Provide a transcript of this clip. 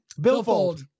Billfold